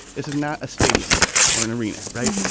this is not a stadium or an arena. right.